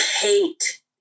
hate